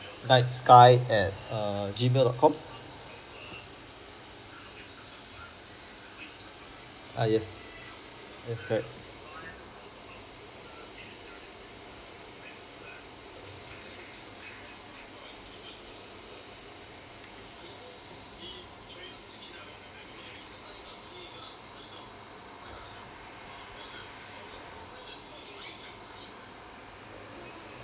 sk~ sky at err G mail dot com uh yes yes correct